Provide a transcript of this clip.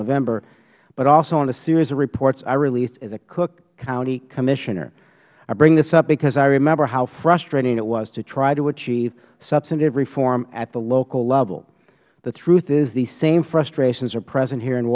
november but also on a series of reports i released as a cook county commissioner i bring this up because i remember how frustrating it was to try to achieve substantive reform at the local level the truth is these same frustrations are present here in